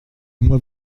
moi